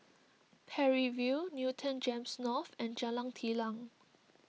Parry View Newton Gems North and Jalan Telang